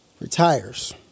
Retires